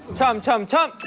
cham cham cham.